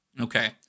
Okay